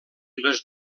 les